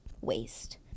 waste